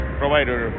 provider